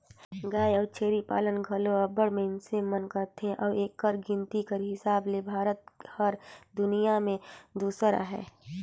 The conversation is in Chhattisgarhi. गाय अउ छेरी पालन घलो अब्बड़ मइनसे मन करथे अउ एकर गिनती कर हिसाब ले भारत हर दुनियां में दूसर अहे